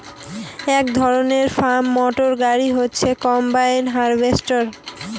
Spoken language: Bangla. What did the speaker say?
এক ধরনের ফার্ম মটর গাড়ি হচ্ছে কম্বাইন হার্ভেস্টর